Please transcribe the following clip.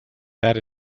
that